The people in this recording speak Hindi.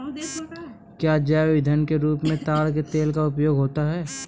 क्या जैव ईंधन के रूप में ताड़ के तेल का उपयोग होता है?